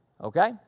Okay